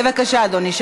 בבקשה, אדוני.